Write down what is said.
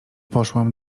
poszłam